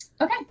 okay